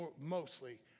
mostly